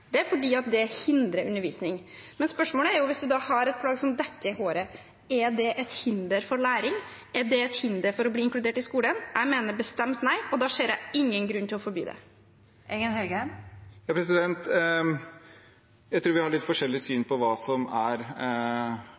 Det er fordi det hindrer undervisningen. Men spørsmålet er: Hvis man har et plagg som dekker håret, er det et hinder for læring? Er det et hinder for å bli inkludert i skolen? Jeg mener bestemt nei, og da ser jeg ingen grunn til å forby det. Jeg tror vi har litt forskjellig syn på hva som er